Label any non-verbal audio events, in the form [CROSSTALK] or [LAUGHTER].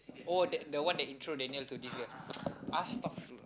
oh that the one that intro Daniel to this girl [NOISE] Astaghfir~